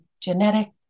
genetic